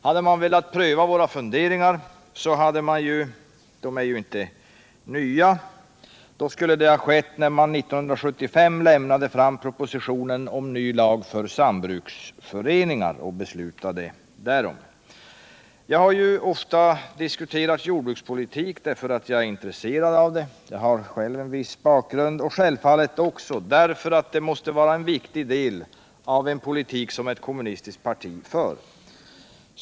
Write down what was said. Hade man velat pröva våra funderingar — de är ju inte nya — skulle det ha skett när man 1975 lade fram propositionen om en ny lag för sambruksföreningar och fattade beslut därom. Jag har ofta diskuterat jordbrukspolitik, därför att jag är intresserad av den. Jag har själv en viss bakgrund i jordbruket, och självfallet är jag också intresserad av jordbrukspolitiken därför att den måste vara en viktig del av den politik som ett kommunistiskt parti för.